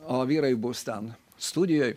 o vyrai bus ten studijoj